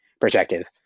perspective